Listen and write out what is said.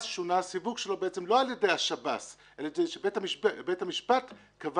אז שונה הסיווג שלו בעצם לא על ידי השב"ס אלא בית המשפט קבע